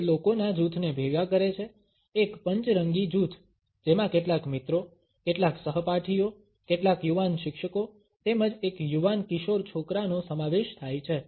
તે લોકોના જૂથને ભેગા કરે છે એક પંચરંગી જૂથ જેમાં કેટલાક મિત્રો કેટલાક સહપાઠીઓ કેટલાક યુવાન શિક્ષકો તેમજ એક યુવાન કિશોર છોકરાનો સમાવેશ થાય છે